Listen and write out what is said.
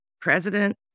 president